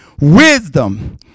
wisdom